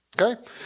Okay